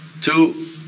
two